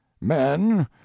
men